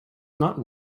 not